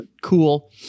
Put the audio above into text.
cool